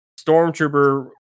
stormtrooper